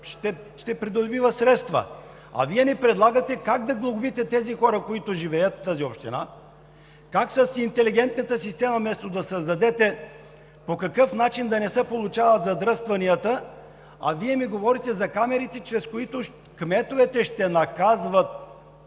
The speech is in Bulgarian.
ще придобива средства. А Вие ни предлагате как да глобите тези хора, които живеят в тази община, как с интелигентната система – вместо да създадете по какъв начин да не се получават задръстванията, Вие ми говорите за камерите, чрез които кметовете ще наказват